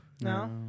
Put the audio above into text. No